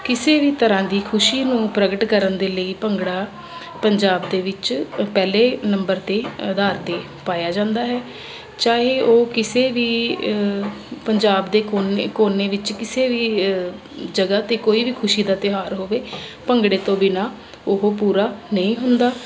ਕਿਸੇ ਵੀ ਤਰ੍ਹਾਂ ਦੀ ਖੁਸ਼ੀ ਨੂੰ ਪ੍ਰਗਟ ਕਰਨ ਦੇ ਲਈ ਭੰਗੜਾ ਪੰਜਾਬ ਦੇ ਵਿੱਚ ਪਹਿਲੇ ਨੰਬਰ 'ਤੇ ਆਧਾਰ 'ਤੇ ਪਾਇਆ ਜਾਂਦਾ ਹੈ ਚਾਹੇ ਉਹ ਕਿਸੇ ਵੀ ਪੰਜਾਬ ਦੇ ਕੋਨੇ ਕੋਨੇ ਵਿੱਚ ਕਿਸੇ ਵੀ ਜਗ੍ਹਾ 'ਤੇ ਕੋਈ ਵੀ ਖੁਸ਼ੀ ਦਾ ਤਿਉਹਾਰ ਹੋਵੇ ਭੰਗੜੇ ਤੋਂ ਬਿਨਾਂ ਉਹ ਪੂਰਾ ਨਹੀਂ ਹੁੰਦਾ